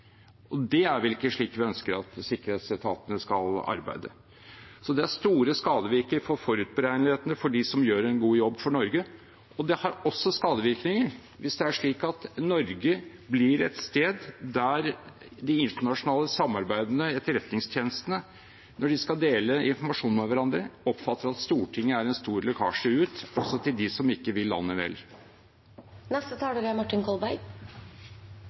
Det er vel ikke slik vi ønsker at sikkerhetsetatene skal arbeide. Så det er store skadevirkninger for forutberegneligheten for dem som gjør en god jobb for Norge, og det har også skadevirkninger hvis det er slik at Norge blir et sted der de internasjonale samarbeidende etterretningstjenestene, når de skal dele informasjon med hverandre, oppfatter at Stortinget er en stor lekkasje ut til dem som ikke vil landet vel. Jeg vil minne om at det er